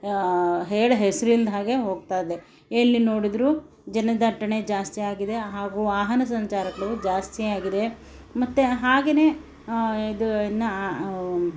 ಹೇಳ ಹೆಸ್ರಿಲ್ಲದ ಹಾಗೆ ಹೋಗ್ತಾ ಇದೆ ಎಲ್ಲಿ ನೋಡಿದರೂ ಜನ ದಟ್ಟಣೆ ಜಾಸ್ತಿ ಆಗಿದೆ ಹಾಗೂ ವಾಹನ ಸಂಚಾರಗಳು ಜಾಸ್ತಿಯಾಗಿದೆ ಮತ್ತೆ ಹಾಗೇನೇ ಇದು ನ